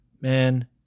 man